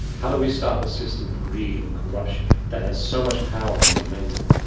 how do we stop a system of greed and corruption, that has so much power and momentum.